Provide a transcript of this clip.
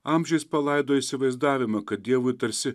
amžiais palaidojo įsivaizdavimą kad dievui tarsi